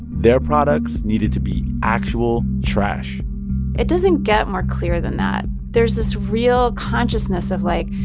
their products needed to be actual trash it doesn't get more clear than that. there's this real consciousness of, like,